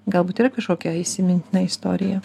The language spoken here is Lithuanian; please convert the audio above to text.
galbūt yra kažkokia įsimintina istorija